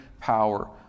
power